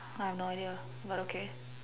I have no idea but okay